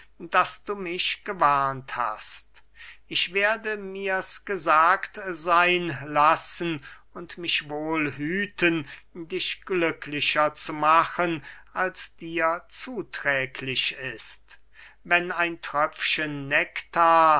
daß du mich gewarnt hast ich werde mirs gesagt seyn lassen und mich wohl hüten dich glücklicher zu machen als dir zuträglich ist wenn ein tröpfchen nektar